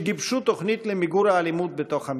שגיבשו תוכנית למיגור האלימות בתוך המשפחה.